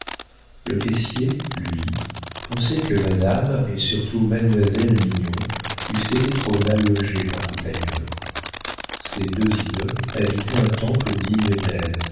le caissier lui pensait que madame et surtout mademoiselle mignon eussent été trop mal logées partout ailleurs ses deux idoles habitaient un temple digne d'elles